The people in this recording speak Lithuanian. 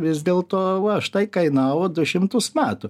vis dėl to va štai kainavo du šimtus metų